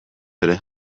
ere